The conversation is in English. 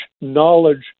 knowledge